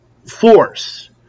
force